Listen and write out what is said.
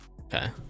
Okay